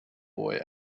boy